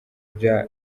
bya